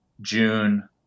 June